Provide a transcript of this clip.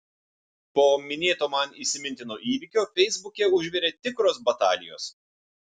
po minėto man įsimintino įvykio feisbuke užvirė tikros batalijos